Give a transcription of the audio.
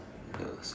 ya same